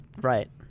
right